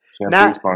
Now